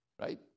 right